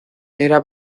era